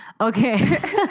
okay